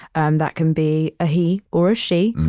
and that can be a he or she,